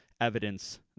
evidence